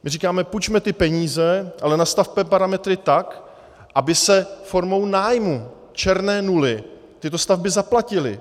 My říkáme: půjčme ty peníze, ale nastavte parametry tak, aby se formou nájmů, černé nuly, tyto stavby zaplatily.